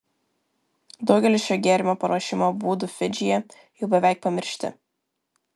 daugelis šio gėrimo paruošimo būdų fidžyje jau beveik pamiršti